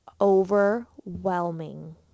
overwhelming